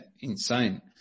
insane